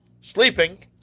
sleeping